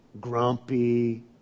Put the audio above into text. grumpy